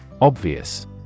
Obvious